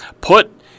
put